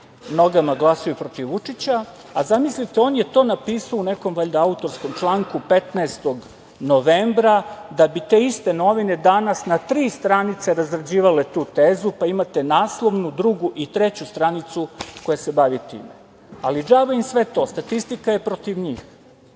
nogama glasaju protiv Vučića, a zamislite, on je to napisao u nekom autorskom članku 15. novembra, da bi te iste novine danas na tri stranice razrađivale tu tezu, pa imate naslovnu, drugu i treću stranicu koja se bavi time. Džaba im sve to, statistika je protiv njih,